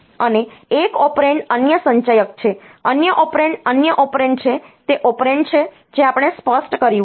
અને એક ઓપરેન્ડ અન્ય સંચયક છે અન્ય ઓપરેન્ડ અન્ય ઓપરેન્ડ છે તે ઓપરેન્ડ છે જે આપણે સ્પષ્ટ કર્યું છે